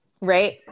right